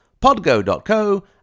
Podgo.co